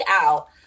out